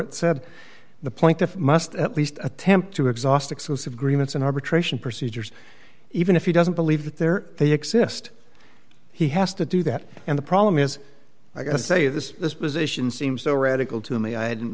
it said the plaintiff must at least attempt to exhaust exclusive agreements and arbitration procedures even if he doesn't believe that there they exist he has to do that and the problem is i say this this position seems so radical to me i hadn't